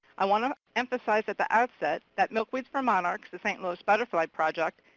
i want to emphasize at the outset that milkweeds for monarchs, the st. louis butterfly project,